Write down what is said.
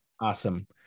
Awesome